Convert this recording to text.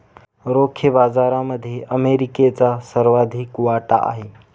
रोखे बाजारामध्ये अमेरिकेचा सर्वाधिक वाटा आहे